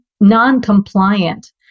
non-compliant